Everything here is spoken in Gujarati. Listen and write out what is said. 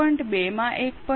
2 માં 1